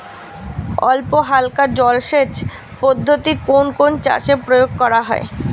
অল্পহালকা জলসেচ পদ্ধতি কোন কোন চাষে প্রয়োগ করা হয়?